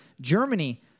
Germany